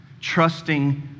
Trusting